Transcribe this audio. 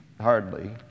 Hardly